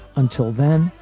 until then,